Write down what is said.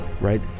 right